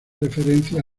referencia